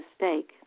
mistake